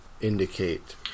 Indicate